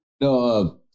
No